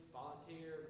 volunteer